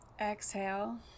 Exhale